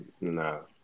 no